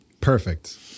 Perfect